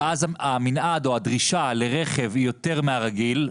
ואז המנעד או הדרישה לרכב היא יותר מהרגיל.